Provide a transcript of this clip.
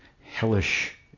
hellish